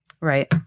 Right